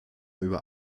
über